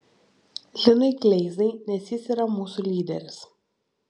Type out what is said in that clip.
linui kleizai nes jis yra mūsų lyderis